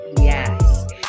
yes